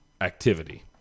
activity